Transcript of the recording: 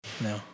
No